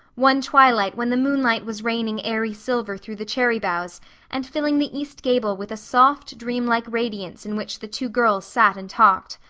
one twilight when the moonlight was raining airy silver through the cherry boughs and filling the east gable with a soft, dream-like radiance in which the two girls sat and talked,